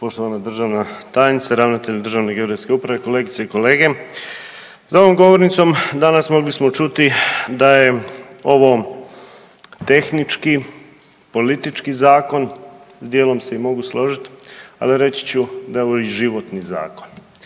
Poštovana državna tajnice, ravnatelju Državne geodetske uprave, kolegice i kolege. Za ovom govornicom danas mogli smo čuti da je ovo tehnički, politički zakon, s dijelom se i mogu složiti, ali reći ću da je ovo i životni zakon.